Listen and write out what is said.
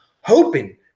hoping